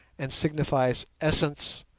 and signifies essence,